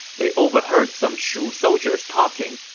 they overheard some shu soldiers talking.